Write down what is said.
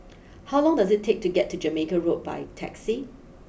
how long does it take to get to Jamaica Road by taxi